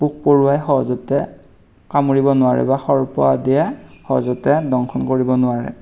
পোক পৰুৱাই সহজতে কামুৰিব নোৱাৰে বা সৰ্প আদিয়ে সহজতে দংশন কৰিব নোৱাৰে